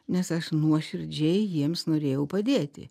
nes aš nuoširdžiai jiems norėjau padėti